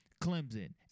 Clemson